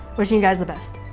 wish you guys the best.